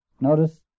notice